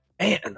Man